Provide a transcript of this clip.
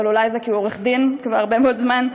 אבל אולי זה כי הוא עורך דין כבר הרבה מאוד זמן,